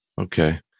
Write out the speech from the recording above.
Okay